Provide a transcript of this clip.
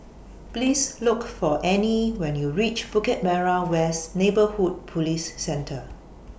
Please Look For Anne when YOU REACH Bukit Merah West Neighbourhood Police Centre